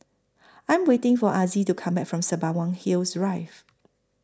I'm waiting For Azzie to Come Back from Sembawang Hills Rive